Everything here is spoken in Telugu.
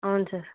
అవును సార్